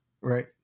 right